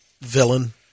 villain